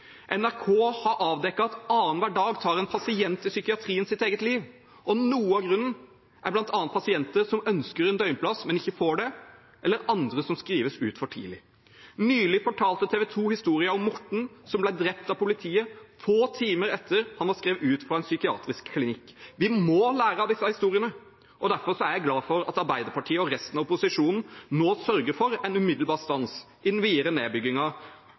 NRK har avdekket at annenhver dag tar en pasient i psykiatrien sitt eget liv. Noe av grunnen er bl.a. pasienter som ønsker en døgnplass, men som ikke får det, eller andre som skrives ut for tidlig. Nylig fortalte TV 2 historien om Morten som ble drept av politiet få timer etter at han var skrevet ut fra en psykiatrisk klinikk. Vi må lære av disse historiene. Derfor er jeg glad for at Arbeiderpartiet og resten av opposisjonen nå sørger for en umiddelbar stans i den videre